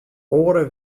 oare